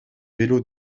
vélos